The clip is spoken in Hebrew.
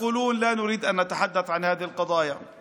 הם אומרים: אנחנו לא רוצים לדבר על העניינים האלה,